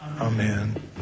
amen